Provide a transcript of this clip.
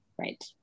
Right